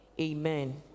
Amen